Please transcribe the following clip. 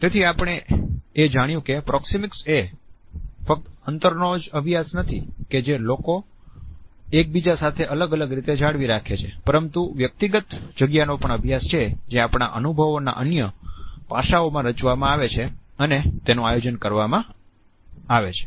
તેથી આપણે એ જાણ્યું કે પ્રોક્ષિમિક્સ એ ફક્ત અંતરનો જ અભ્યાસ નથી કે જે લોકો એકબીજા સાથે અલગ અલગ રીતે જાળવી રાખે છે પરંતુ વ્યક્તિગત જગ્યાનો પણ અભ્યાસ છે જે આપણા અનુભવોના અન્ય પાસાઓમાં રચવામાં આવે છે અને તેનું આયોજન કરવામાં આવે છે